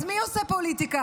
אז מי עושה פוליטיקה?